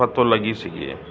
पतो लॻी सघे